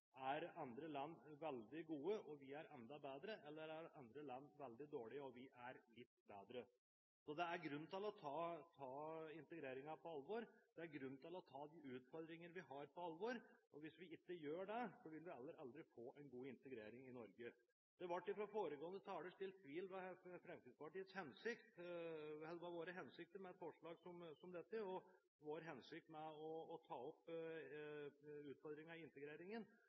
Er andre land veldig gode og vi enda bedre, eller er andre land veldig dårlige og vi litt bedre? Det er grunn til å ta integreringen på alvor, og det er grunn til å ta de utfordringene vi har, på alvor. Hvis vi ikke gjør det, vil vi heller aldri få en god integrering i Norge. Det ble fra foregående taler sådd tvil om Fremskrittspartiets hensikter med et forslag som dette, om vår hensikt med å ta opp utfordringene i integreringen.